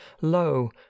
lo